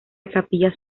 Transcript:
capillas